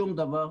שום דבר.